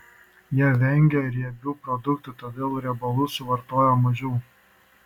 jie vengia riebių produktų todėl riebalų suvartoja mažiau